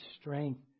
strength